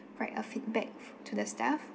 write a feedback to the staff